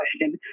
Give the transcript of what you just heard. question